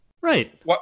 Right